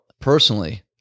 personally